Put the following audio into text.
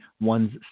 one's